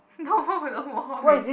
no no more already